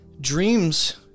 Dreams